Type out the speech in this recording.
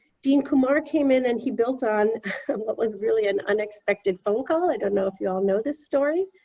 dean kumar came in and he built on what was really an unexpected phone call. i don't know if you all know this story.